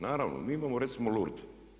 Naravno mi imamo recimo Lurd.